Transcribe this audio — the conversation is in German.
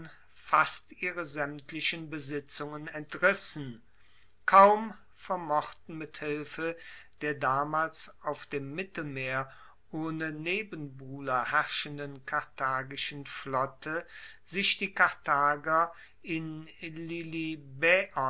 fast ihre saemtlichen besitzungen entrissen kaum vermochten mit hilfe der damals auf dem mittelmeer ohne nebenbuhler herrschenden karthagischen flotte sich die karthager in